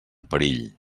perill